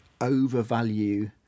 overvalue